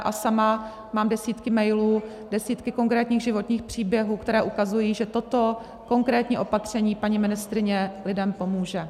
A sama mám desítky mailů, desítky konkrétních životních příběhů, které ukazují, že toto konkrétní opatření paní ministryně lidem pomůže.